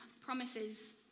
promises